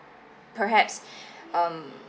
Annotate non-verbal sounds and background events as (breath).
perhaps (breath) um